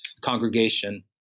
congregation